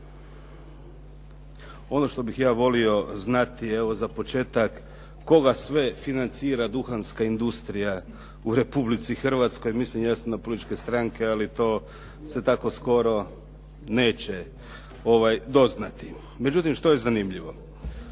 Ono što bih ja volio znati, evo za početak, koga sve financira duhanska industrija u Republici Hrvatskoj? Mislim jasno, na političke stranke, ali to se tako skoro neće doznati. Međutim, što je zanimljivo?